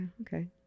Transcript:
Okay